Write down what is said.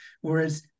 Whereas